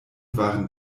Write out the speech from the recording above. waren